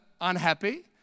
unhappy